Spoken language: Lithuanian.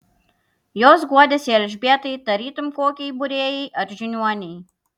jos guodėsi elžbietai tarytum kokiai būrėjai ar žiniuonei